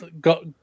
got